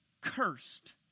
cursed